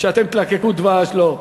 שאתם תלקקו דבש, לא.